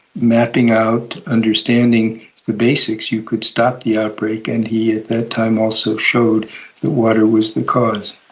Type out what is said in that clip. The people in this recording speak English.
mapping out, understanding the basics, you could stop the outbreak, and he that time also showed that water was the cause.